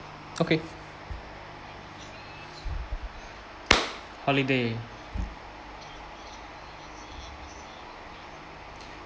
okay holiday